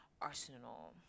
Arsenal